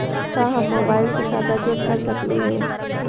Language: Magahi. का हम मोबाईल से खाता चेक कर सकली हे?